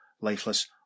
lifeless